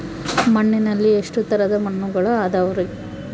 ಮಣ್ಣಿನಲ್ಲಿ ಎಷ್ಟು ತರದ ಮಣ್ಣುಗಳ ಅದವರಿ?